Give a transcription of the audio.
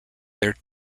there